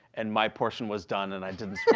and my portion was done and i didn't